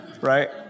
right